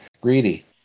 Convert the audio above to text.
greedy